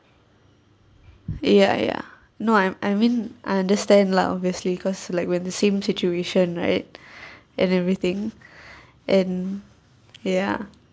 ya ya no I I mean I understand lah obviously cause like when the same situation right and everything and ya